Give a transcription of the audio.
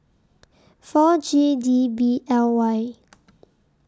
four G D B L Y